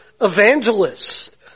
evangelist